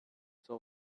come